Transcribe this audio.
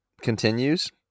continues